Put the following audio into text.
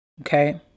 okay